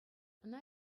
ӑна